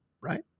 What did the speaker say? right